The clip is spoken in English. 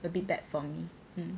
a bit bad for me